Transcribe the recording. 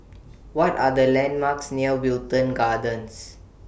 What Are The landmarks near Wilton Gardens